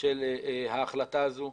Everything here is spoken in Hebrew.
של ההחלטה הזו,